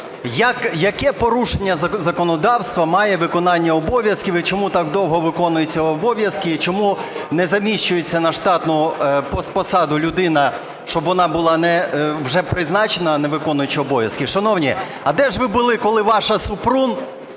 яке порушення законодавства має виконання обов'язків, і чому так довго виконуються обов'язки, і чому не заміщується на штатну посаду людина, щоб вона була вже призначена, а не виконуюча обов'язки. Шановні, а де ж ви були, коли ваша Супрун